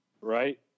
right